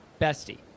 bestie